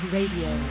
Radio